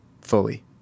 fully